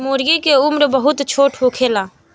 मूर्गी के उम्र बहुत छोट होखेला